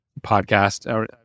Podcast